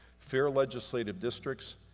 fair legislative districts,